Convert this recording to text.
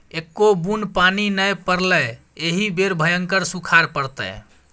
एक्को बुन्न पानि नै पड़लै एहि बेर भयंकर सूखाड़ पड़तै